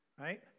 Right